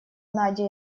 надя